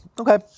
Okay